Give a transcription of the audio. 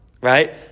Right